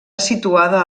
situada